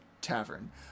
Tavern